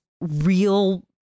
real